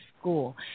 school